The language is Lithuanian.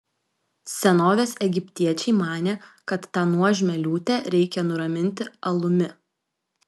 senovės egiptiečiai manė kad tą nuožmią liūtę reikia nuraminti alumi